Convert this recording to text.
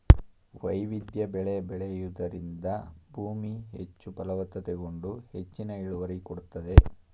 ವೈವಿಧ್ಯ ಬೆಳೆ ಬೆಳೆಯೂದರಿಂದ ಭೂಮಿ ಹೆಚ್ಚು ಫಲವತ್ತತೆಗೊಂಡು ಹೆಚ್ಚಿನ ಇಳುವರಿ ಕೊಡುತ್ತದೆ